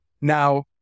Now